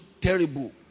terrible